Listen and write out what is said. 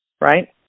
Right